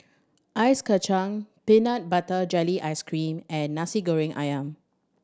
ice kacang peanut butter jelly ice cream and Nasi Goreng Ayam